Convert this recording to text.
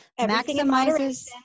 maximizes